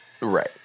Right